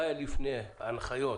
מה היה לפני ההנחיות